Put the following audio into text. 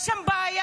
יש שם בעיה,